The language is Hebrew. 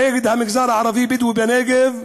נגד המגזר הבדואי בנגב,